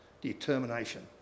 Determination